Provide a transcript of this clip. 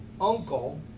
uncle